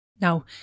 Now